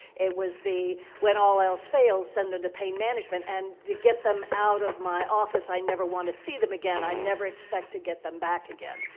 it was the, when all else fails, send them to pain management, and get them out of my office. i never want to see them again. i never expect to get them back again.